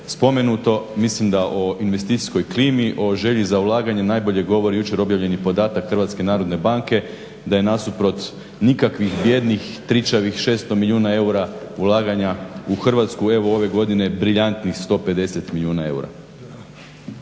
spomenuto. Mislim da o investicijskoj klimi, o želji za ulaganjem najbolje govori jučer objavljeni podatak Hrvatske narodne banke da je nasuprot nikakvih bijednih tričavih 600 milijuna eura ulaganja u Hrvatsku evo ove godine briljantnih 150 milijuna eura.